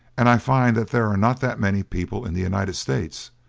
and i find that there are not that many people in the united states,